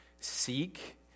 Seek